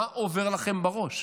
מה עובר לכם בראש?